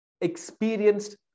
experienced